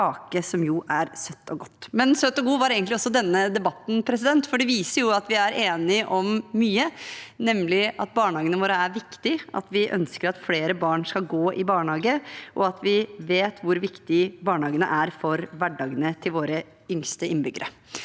Søt og god var egentlig også denne debatten, for den viser at vi er enige om mye, nemlig at barnehagene våre er viktige, vi ønsker at flere barn skal gå i barnehage, og vi vet hvor viktig barnehagene er for hverdagen til våre yngste innbyggere.